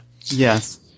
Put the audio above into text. yes